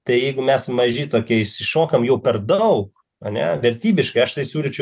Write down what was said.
taigi jeigu mes maži tokie išsišokam jau per daug ane vertybiškai aš tai siūlyčiau